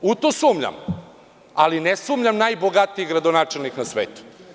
U to sumnjam, ali ne sumnjam najbogatiji gradonačelnik na svetu.